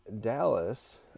Dallas